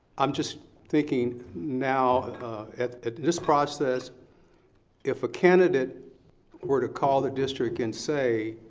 i'm just thinking now at this process if a candidate were to call the district and say